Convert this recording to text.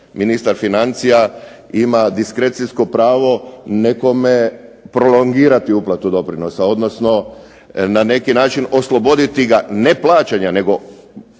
ministar financija ima diskrecijsko pravo nekome prolongirati uplatu doprinosa, odnosno na neki način osloboditi ga ne plaćanja nego